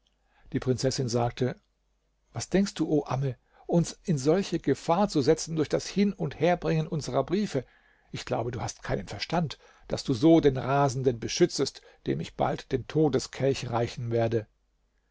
die prinzessin sagte was denkst du o amme uns in solche gefahr zu setzen durch das hin und herbringen unsrer briefe ich glaube du hast keinen verstand daß du so den rasenden beschützest dem ich bald den todeskelch reichen werde